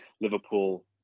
Liverpool